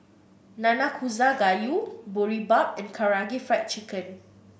Nanakusa Gayu Boribap and Karaage Fried Chicken